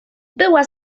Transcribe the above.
była